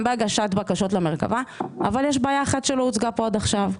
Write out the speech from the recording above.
גם בהגשת בקשות למרכבה אבל יש בעיה אחת שלא הוצגה כאן עד עכשיו.